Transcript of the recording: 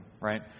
right